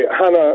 Hannah